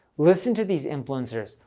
listen to these influencers.